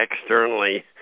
externally